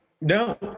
No